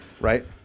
Right